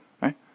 Right